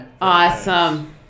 Awesome